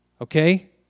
Okay